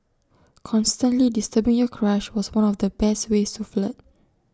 constantly disturbing your crush was one of the best ways to flirt